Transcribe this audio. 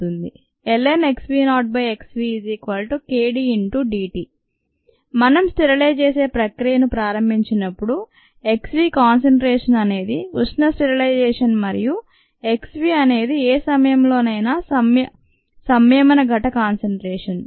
lnln xv0xv kd t మనం sterilisation చేసే ప్రక్రియను ప్రారంభించినప్పుడు x v కాన్సంట్రేషన్ అనేది ఉష్ణ స్టెరిలైజేషన్ మరియు x v అనేది ఏ సమయంలోనైనా సంయమనఘట కాన్సంట్రేషన్